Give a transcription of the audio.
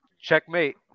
Checkmate